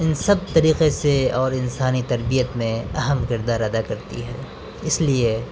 ان سب طریقے سے اور انسانی تربیت میں اہم کردار ادا کرتی ہے اس لیے